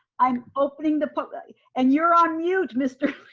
i'm opening the public and you're on mute, mister.